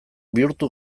bihurtu